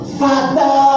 father